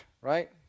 right